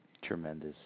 Tremendous